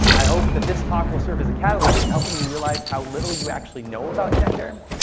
i hope that this talk will serve as a catalyst in helping you realize how little you actually know about gender,